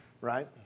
Right